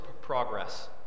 Progress